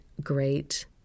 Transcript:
great